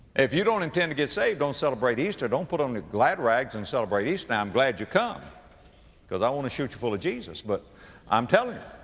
if you don't intend to get saved, don't celebrate easter. don't put on your glad rags and celebrate easter. now, i'm glad you come because i want to shoot you full of jesus but i'm telling you,